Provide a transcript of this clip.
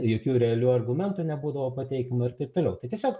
jokių realių argumentų nebūdavo pateikiama ir taip toliau tai tiesiog